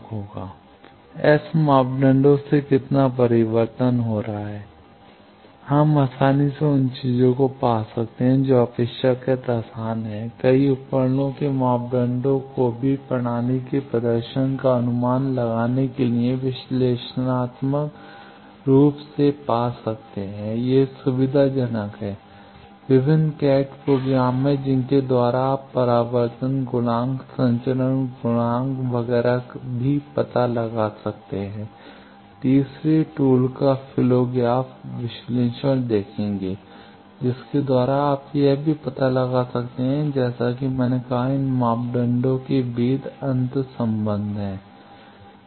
S मापदंडों से कितना परावर्तन हो रहा है हम आसानी से उन चीजों को पा सकते हैं जो अपेक्षाकृत आसान हैं कई उपकरणों के मापदंडों को भी प्रणाली के प्रदर्शन का अनुमान लगाने के लिए विश्लेषणात्मक रूप से पा सकते हैं यह सुविधाजनक है विभिन्न CAD प्रोग्राम हैं जिनके द्वारा आप परावर्तन गुणांक संचरण गुणांक वगैरह भी पता लगा सकते हैं तीसरे टूल का फ्लो ग्राफ विश्लेषण देखेंगे जिसके द्वारा आप यह भी पता लगा सकते हैं जैसा कि मैंने कहा कि इन मापदंडों के बीच अंतर्संबंध हैं